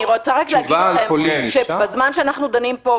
אני רוצה להגיד לכם שבזמן שאנחנו דנים פה,